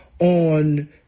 on